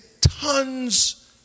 tons